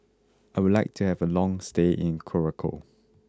I would like to have a long stay in Curacao